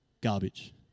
garbage